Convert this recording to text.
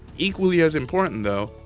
equally as important though,